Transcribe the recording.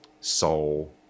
soul